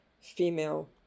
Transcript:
female